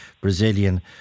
Brazilian